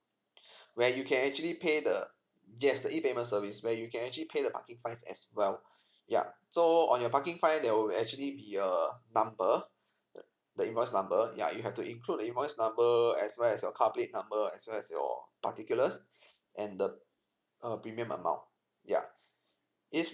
where you can actually pay the yes the E payment service where you can actually pay the parking fines as well yup so on your parking fines there will actually be err number the invoice number yeah you have to include the invoice number as well as your car plate number as well as your particulars and the err premium amount yup if